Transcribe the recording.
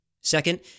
Second